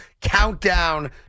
countdown